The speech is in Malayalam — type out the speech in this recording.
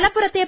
മലപ്പുറത്തു